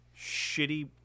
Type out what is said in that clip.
shitty